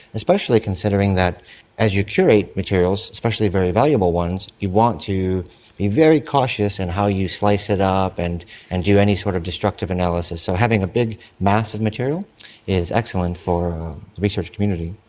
especially considering that as you curate materials, especially very valuable ones, you want to be very cautious in how you slice it up and and do any sort of destructive analysis. so having a big mass of material is excellent for the research community.